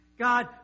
God